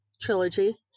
trilogy